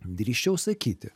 drįsčiau sakyti